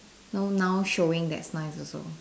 no now showing that's nice also